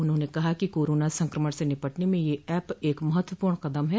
उन्होंने कहा कि कोरोना संक्रमण से निपटने में यह ऐप एक महत्वपूर्ण कदम है